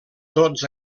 tots